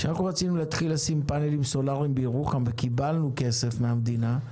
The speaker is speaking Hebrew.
כשרצינו להתחיל לשים פאנלים סולאריים בירוחם וקיבלנו כסף מהמדינה,